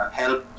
help